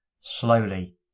slowly